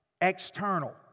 external